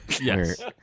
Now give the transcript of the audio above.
Yes